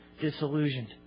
disillusioned